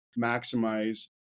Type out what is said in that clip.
maximize